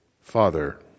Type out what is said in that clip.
Father